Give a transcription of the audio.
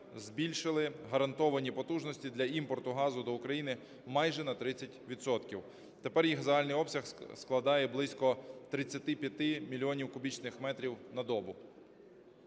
збільшили гарантовані потужності для імпорту газу до України майже на 30 відсотків, тепер їх загальний обсяг складає близько 35 мільйонів кубічних метрів на добу.